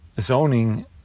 zoning